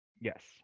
Yes